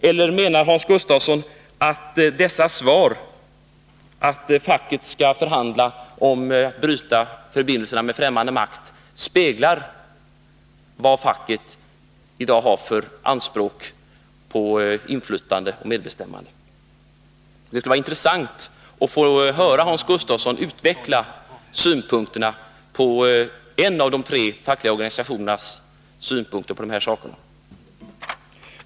Eller menar Hans Gustafsson att dessa svar, att facket skall förhandla om exempelvis brytande av förbindelserna med främmande makt, speglar vad facket i dag har för anspråk på inflytande och medbestämmande? Det skulle vara intressant att få höra Hans Gustafsson utveckla sin syn på en av de tre fackliga organisationernas synpunkter på dessa saker.